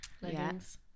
Leggings